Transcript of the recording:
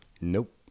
Nope